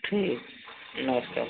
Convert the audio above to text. ठीक नमस्ते